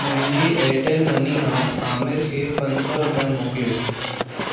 मुंहिंजी एयरटेल मनी मां आमिर खे पंज सौ रुपिया मोकिलियो